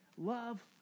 Love